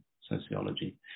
sociology